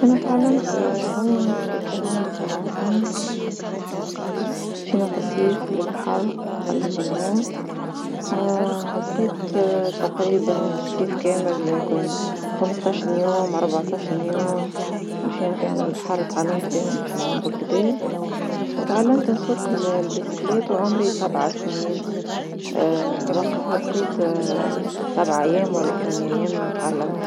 انا تعلمت نعوم وقت اللي كان عمري سبعة سنين، مشينا في صيف للبحر وتعلمت نعوم، بقيت تقريبا الصيف كامل يمكون خمسة عشر يوم اربعة عشر يوم مشينا فيهم للبحر وتعلمت فيهم باش نعوم بالقدا، وتعلمت نسوق البسكلات وعمري سبع سنين، وقتها بقيت سبع اأيام ولا ثماني أيام تعلمت.